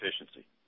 efficiency